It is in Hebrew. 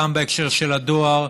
גם בהקשר של הדואר,